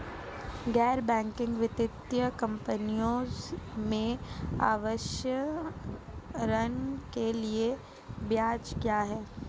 गैर बैंकिंग वित्तीय कंपनियों में आवास ऋण के लिए ब्याज क्या है?